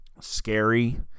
scary